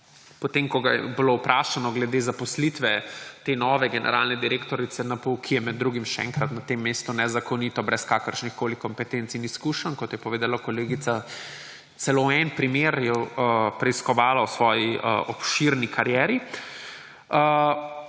potem ko ga je bilo vprašano glede zaposlitve te nove generalne direktorice NPU, ki je med drugim ‒ še enkrat, na tem mestu nezakonito, brez kakršnihkoli kompetenc in izkušenj, kot je povedala kolegica ‒ celo en primer je preiskovala v svoji obširni karieri!